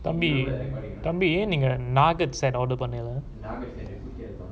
தம்பி தம்பி நீங்க:thambi thambi neenga nugget set order பண்ணீங்களா:pannengala